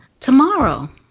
tomorrow